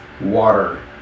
water